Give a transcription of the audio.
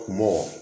more